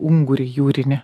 ungurį jūrinį